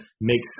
makes